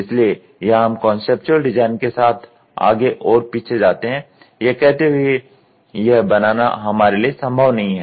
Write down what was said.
इसलिए यहां हम कॉन्सेप्टुअल डिजाइन के साथ आगे और पीछे जाते हैं यह कहते हुए कि यह बनाना हमारे लिए संभव नहीं है